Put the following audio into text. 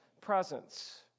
presence